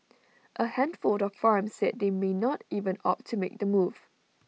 A handful of farms said they may not even opt to make the move